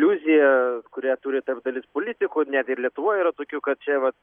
iliuzija kurią turi tarp dalis politikų net ir lietuvoj yra tokių kad čia vat